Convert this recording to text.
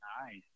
Nice